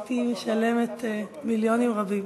הייתי משלמת מיליונים רבים.